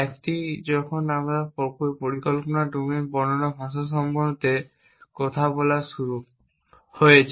একটি যখন আমরা এই পরিকল্পনা ডোমেন বর্ণনা ভাষা মত ভাষা সম্পর্কে কথা বলা শুরু হয়েছে